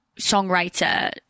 songwriter